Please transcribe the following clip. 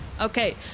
Okay